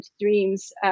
dreams